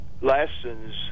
lessons